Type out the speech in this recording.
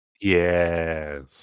Yes